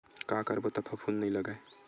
का करबो त फफूंद नहीं लगय?